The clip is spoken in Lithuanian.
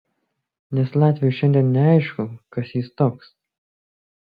nes latviui šiandien neaišku kas jis toks